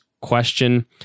question